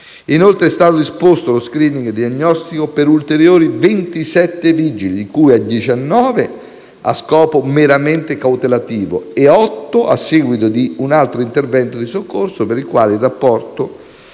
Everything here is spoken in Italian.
Inoltre, è stato disposto lo *screening* diagnostico per ulteriori 27 vigili, di cui 19 a scopo meramente cautelativo e 8 a seguito di un altro intervento di soccorso, per il quale il rapporto